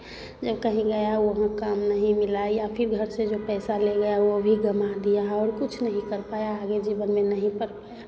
जब कहीं गया वहाँ काम नहीं मिला या फिर घर से जो पैसा ले गया वो भी गँवा दिया और कुछ नहीं कर पाया आगे जीवन में नहीं पढ़ पाया